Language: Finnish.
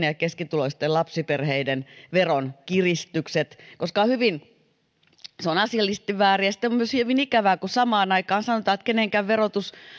ja keskituloisten lapsiperheiden veron kiristykset koska se on asiallisesti väärin ja sitten on myös hyvin ikävää kun samaan aikaan sanotaan että kenenkään verotus